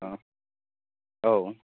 औ